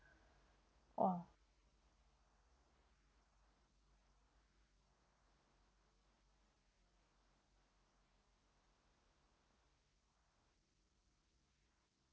!wah!